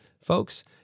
folks